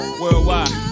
worldwide